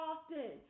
Often